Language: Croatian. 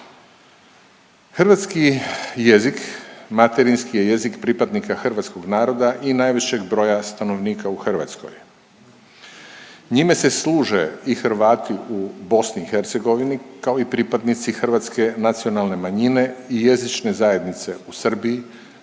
Hrvatski jezik materinjski je jezik pripadnika hrvatskog naroda i najvišeg broja stanovnika u Hrvatskoj. Njime se služe i Hrvati u BiH, kao i pripadnici hrvatske nacionalne manjine i jezične zajednice u Srbiji,